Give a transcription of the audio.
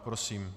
Prosím.